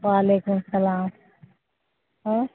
وعلیکم السلام